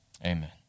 amen